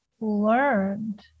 learned